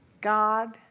God